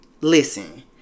Listen